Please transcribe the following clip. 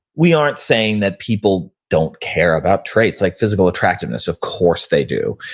we aren't saying that people don't care about traits like physical attractiveness. of course they do,